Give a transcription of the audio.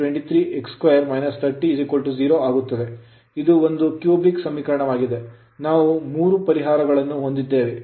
ಇದು ಒಂದು cubic cubic ಸಮೀಕರಣವಾಗಿದೆ ನಾವು 3 ಪರಿಹಾರಗಳನ್ನು ಹೊಂದಿದ್ದೇವೆ